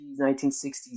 1960s